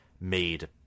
made